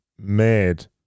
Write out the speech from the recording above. made